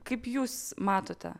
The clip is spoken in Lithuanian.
kaip jūs matote